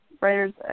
writers